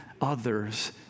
others